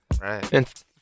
Right